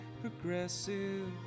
progressive